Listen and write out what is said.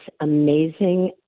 amazing